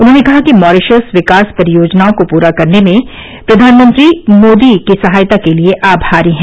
उन्होंने कहा कि मॉरीशस विकास परियोजनाओं को पूरा करने में प्रधानमंत्री मोदी की सहायता के लिए आभारी है